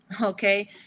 Okay